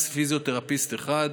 פיזיותרפיסט אחד,